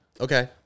Okay